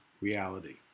reality